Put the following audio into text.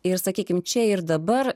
ir sakykime čia ir dabar